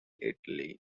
italy